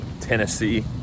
Tennessee